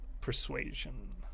persuasion